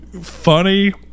funny